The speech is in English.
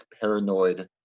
paranoid